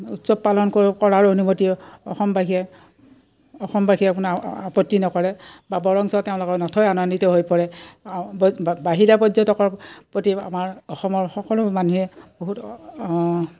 উৎসৱ পালন কৰ কৰাৰ অনুমতিও অসমবাসীয়ে অসমবাসীয়ে আপোনাৰ আপত্তি নকৰে বা বৰংঞ্চ তেওঁলোকে নথৈ আনন্দিত হৈ পৰে বাহিৰা পৰ্যটকৰ প্ৰতি আমাৰ অসমৰ সকলো মানুহে বহুত